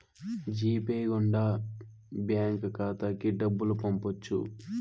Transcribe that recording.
G pay గుండా bank ఖాతాకి డబ్బులు పంపొచ్చు